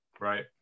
Right